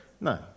no